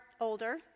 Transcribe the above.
older